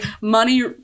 money